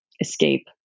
escape